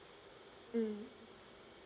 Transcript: mm